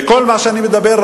וכל מה שאני מדבר,